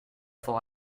for